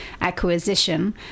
acquisition